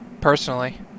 personally